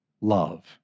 love